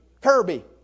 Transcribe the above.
Kirby